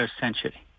century